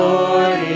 Lord